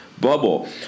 bubble